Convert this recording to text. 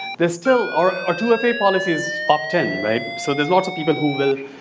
they're still our ah two fa policies opt in right? so there's lots of people who will,